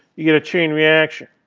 you get a chain reaction.